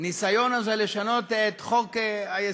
הניסיונות האלה לשנות את חוק-היסוד,